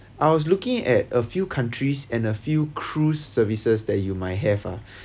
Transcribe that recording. I was looking at a few countries and a few cruise services that you might have ah